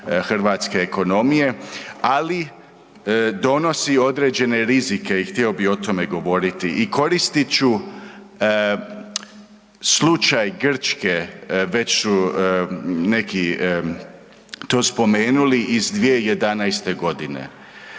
hrvatske ekonomije, ali donosi određene rizike i htio bi o tome govoriti. I koristit ću slučaj Grčke, već neki su to spomenuli, iz 2011.g.